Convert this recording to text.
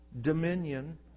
dominion